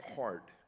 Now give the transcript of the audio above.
heart